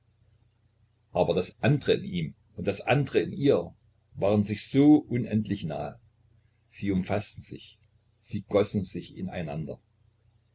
aber das andre in ihm und das andre in ihr waren sich so unendlich nahe sie umfaßten sich sie gossen sich ineinander